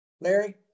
Larry